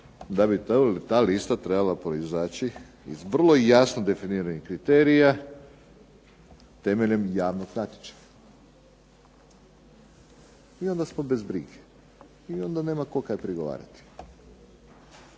da bi ta lista trebala proizaći iz vrlo jasno definiranih kriterija temeljem javnog natječaja. I onda smo bez brige, i onda nema tko kaj prigovarati.